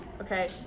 okay